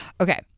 Okay